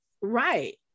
right